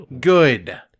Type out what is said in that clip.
Good